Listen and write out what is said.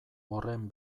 horren